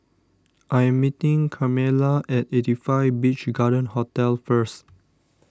I am meeting Carmella at eighty five Beach Garden Hotel first